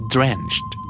Drenched